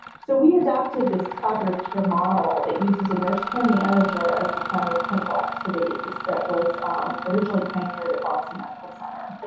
so we adopted this collaborative care model that uses a nurse care manager as the center of clinical activities that was originally pioneered at boston medical center.